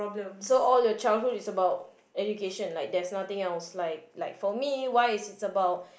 so all your childhood is about education like there's nothing else like like for me while it's it's about